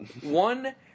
one